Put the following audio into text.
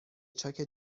چاک